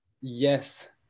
Yes